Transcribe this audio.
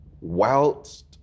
whilst